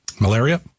Malaria